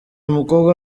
umukobwa